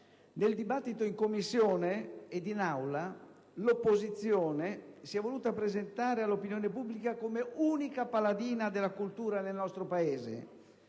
Nel dibattito in Commissione ed in Aula, l'opposizione si è voluta presentare all'opinione pubblica come unica paladina della cultura nel nostro Paese